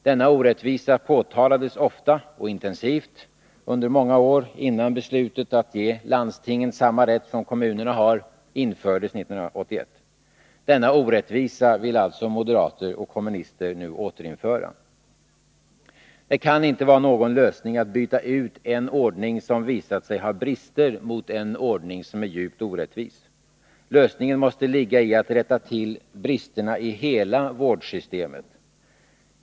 Denna orättvisa påtalades ofta och intensivt under många år, innan beslutet att ge landstingen samma rätt som kommunerna har, infördes 1981. Denna orättvisa vill alltså moderater och kommunister nu återinföra. Det kan inte vara någon lösning att byta ut en ordning som visat sig ha brister mot en ordning som är djupt orättvis. Lösningen måste ligga i att rätta till bristerna i hela vårdsystemet.